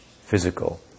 physical